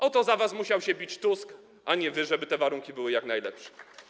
O to za was musiał się bić Tusk, żeby te warunki były jak najlepsze.